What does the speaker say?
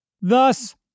Thus